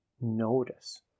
notice